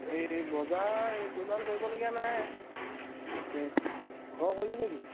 এই বজাৰ ইমান কৰিবলগীয়া নাই তাকে তই কৰিবি নেকি